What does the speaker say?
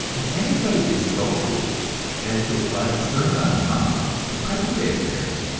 if anybody is so foolish as to apply the sermon on the mount to present-day affairs,